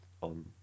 on